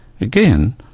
Again